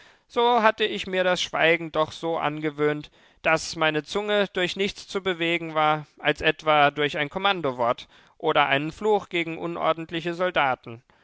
so hatte ich mir das schweigen doch so angewöhnt daß meine zunge durch nichts zu bewegen war als etwa durch ein kommandowort oder einen fluch gegen unordentliche soldaten